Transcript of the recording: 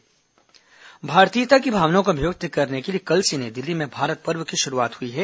भारत पर्व भारतीयता की भावना को अभिव्यक्त करने के लिए कल से नई दिल्ली में भारत पर्व की शुरूआत हुई है